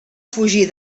fugir